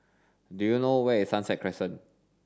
do you know where is Sunset Crescent